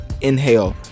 inhale